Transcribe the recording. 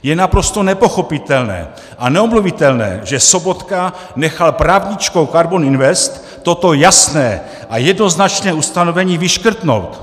Je naprosto nepochopitelné a neomluvitelné, že Sobotka nechal právničkou KARBON INVEST toto jasné a jednoznačné ustanovení vyškrtnout.